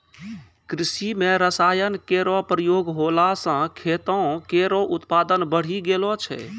कृषि म रसायन केरो प्रयोग होला सँ खेतो केरो उत्पादन बढ़ी गेलो छै